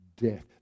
death